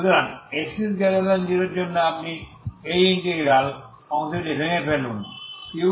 সুতরাং x0এর জন্য আপনি এই ইন্টিগ্রাল অংশটি ভেঙে ফেলুন u1xt